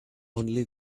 only